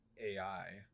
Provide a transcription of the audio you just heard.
AI